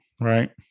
Right